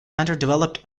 underdeveloped